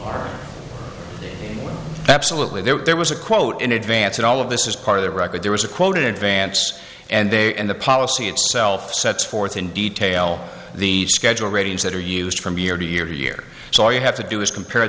are absolutely there was a quote in advance and all of this is part of the record there was a quote in advance and they and the policy itself sets forth in detail the schedule ratings that are used from year to year to year so you have to do is compare